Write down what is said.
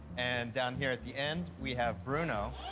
and down here at the end, we have bruno,